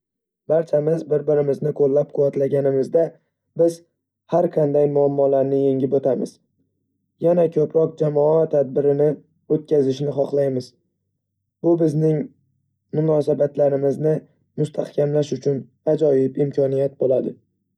Barchamiz bir-birimizni qo'llab-quvvatlaganimizda, biz har qanday muammolarni yengib o'tamiz. Yana ko'proq jamoa tadbirini o'tkazishni xohlaymiz. Bu bizning munosabatlarimizni mustahkamlash uchun ajoyib imkoniyat bo'ladi.